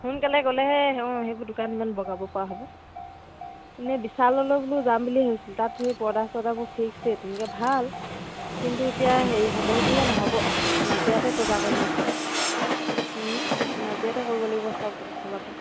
সোনকালে গ'লেহে অঁ সেইবোৰ দোকান ইমান বগাব পৰা হ'ব এনেই বিশাল'লে বোলো যাম বুলি ভাবিছিলো তাত সেই পৰ্দা চৰ্দাবোৰ ফিক্স ৰেট তেনেকে ভাল কিন্তু এতিয়া হেৰি সময়টোহে নহ'ব নাজিৰাতে বজাৰ কৰিম আৰু চব নাজিৰাতে কৰিব লাগিব চব এফালৰ পৰা